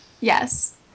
Yes